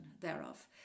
thereof